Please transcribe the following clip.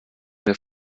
mehr